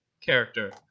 character